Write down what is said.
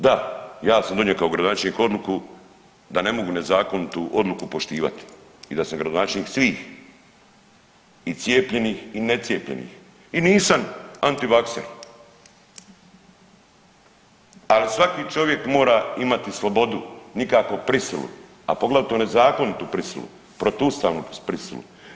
Da, ja sam donio kao gradonačelnik odluku da ne mogu nezakonitu odluku poštivati i da sam gradonačelnik svih i cijepljenih i necijepljenih i nisam antivakser, ali svaki čovjek mora imati slobodu nikako prisilu, a poglavito nezakonitu prisilu protuustavnu prisilu.